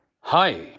Hi